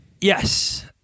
Yes